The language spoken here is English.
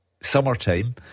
summertime